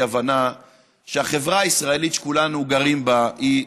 הבנה שהחברה הישראלית שכולנו גרים בה היא,